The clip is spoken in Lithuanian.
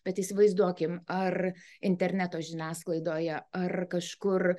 bet įsivaizduokime ar interneto žiniasklaidoje ar kažkur